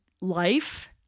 life